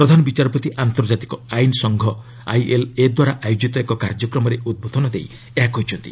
ପ୍ରଧାନ ବିଚାରପତି ଆନ୍ତର୍ଜାତିକ ଆଇନ ସଂଘ ଆଇଏଲ୍ଏଦ୍ୱାରା ଆୟୋଜିତ ଏକ କାର୍ଯ୍ୟକ୍ରମରେ ଉଦ୍ବୋଧନ ଦେଇ ଏହା କହିଛନ୍ତି